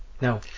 No